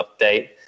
update